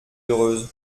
heureuse